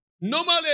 Normally